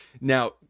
now